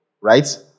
Right